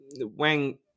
Wang